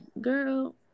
Girl